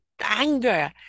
anger